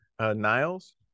Niles